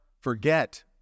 forget